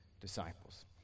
disciples